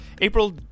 April